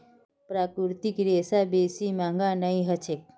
प्राकृतिक रेशा बेसी महंगा नइ ह छेक